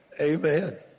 Amen